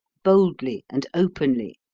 boldly and openly,